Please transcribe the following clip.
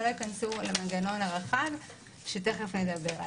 ולא ייכנסו למנגנון הרחב שתיכף נדבר עליו.